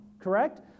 correct